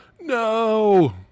No